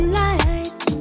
light